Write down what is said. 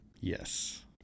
yes